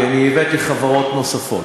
כי הבאתי חברות נוספות,